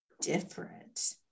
different